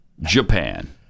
Japan